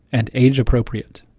and age appropriate.